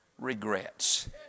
regrets